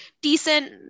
decent